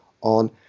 on